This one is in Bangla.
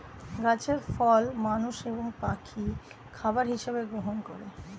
গাছের ফল মানুষ এবং পশু পাখি খাবার হিসাবে গ্রহণ করে